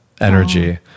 energy